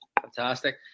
fantastic